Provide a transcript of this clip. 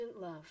love